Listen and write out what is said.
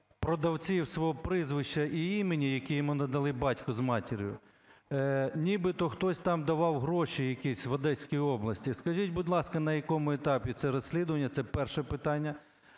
продавців свого прізвища і імені, яке йому надали батько з матір'ю, нібито хтось там давав гроші якісь в Одеській області. Скажіть, будь ласка, на якому етапі це розслідування? Це перше питання.